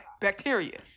bacteria